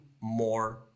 more